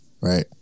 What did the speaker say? Right